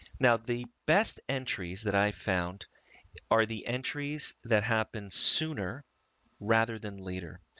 now the best entries that i found are the entries that happen sooner rather than later.